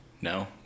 no